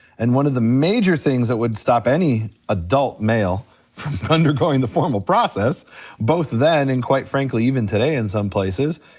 and one of the major things that would stop any adult male from undergoing the formal process both then and quite frankly even today in some places,